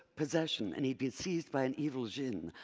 possession, and he'd been seized by an evil jinn,